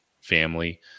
family